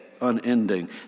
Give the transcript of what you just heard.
unending